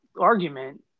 argument